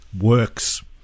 works